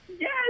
Yes